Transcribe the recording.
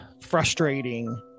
frustrating